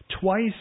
Twice